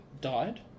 died